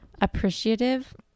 appreciative